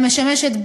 המשמשת,